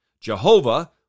Jehovah